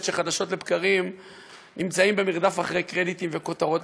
שחדשות לבקרים נמצאים במרדף אחרי קרדיטים וכותרות.